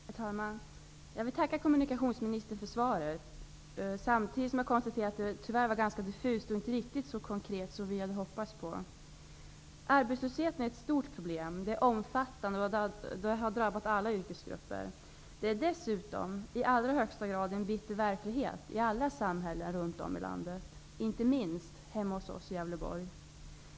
Herr talman! Jag vill tacka kommunikationsministern för svaret, samtidigt som jag konstaterar att det tyvärr var ganska diffust och inte riktigt så konkret som vi hade hoppats på. Arbetslösheten är ett stort problem. Den är omfattande och den har drabbat alla yrkesgrupper. Den är dessutom i allra högsta grad en bitter verklighet i alla samhällen runt om i landet, inte minst hemma hos oss i Gävleborg.